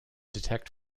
detect